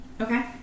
Okay